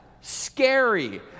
scary